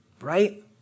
Right